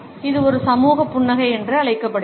இது ஒரு சமூக புன்னகை என்று அழைக்கப்படுகிறது